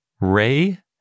Ray